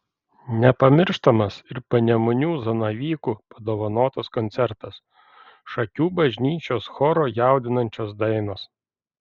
nepamirštamas ir panemunių zanavykų dovanotas koncertas šakių bažnyčios choro jaudinančios dainos